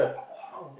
!wow!